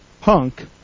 punk